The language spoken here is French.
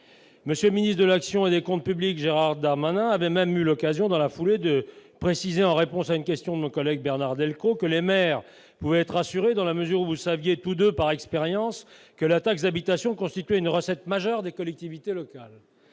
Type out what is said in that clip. M. le ministre de l'action et des comptes publics, Gérald Darmanin, a même eu l'occasion, dans la foulée, de préciser en réponse à une question de notre collègue Bernard Delcros que les maires pouvaient être rassurés dans la mesure où vous saviez tous deux, par expérience, que la taxe d'habitation constituait une recette majeure des collectivités territoriales.